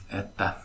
että